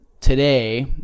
Today